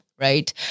right